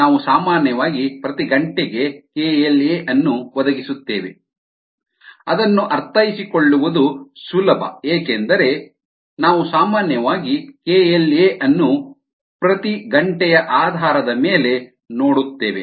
ನಾವು ಸಾಮಾನ್ಯವಾಗಿ ಪ್ರತಿ ಗಂಟೆಗೆ KLa ಅನ್ನು ಒದಗಿಸುತ್ತೇವೆ ಅದನ್ನು ಅರ್ಥೈಸಿಕೊಳ್ಳುವುದು ಸುಲಭ ಏಕೆಂದರೆ ನಾವು ಸಾಮಾನ್ಯವಾಗಿ KLa ಅನ್ನು ಪ್ರತಿ ಗಂಟೆಯ ಆಧಾರದ ಮೇಲೆ ನೋಡುತ್ತೇವೆ